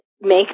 make